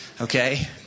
Okay